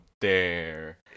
dare